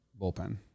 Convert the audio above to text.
bullpen